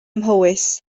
mhowys